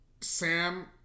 Sam